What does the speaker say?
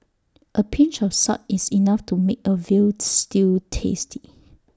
A pinch of salt is enough to make A Veal Stew tasty